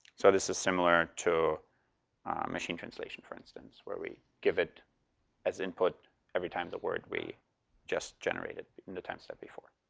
so this is similar to mission completion for instance, where we give it as input every time the word we just generated in the ten step before.